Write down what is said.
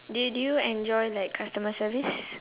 did did you enjoy like customer service